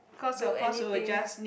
do anything